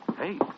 Hey